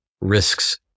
risks